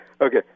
Okay